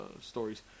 stories